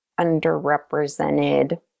underrepresented